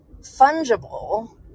fungible